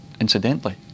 incidentally